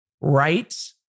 right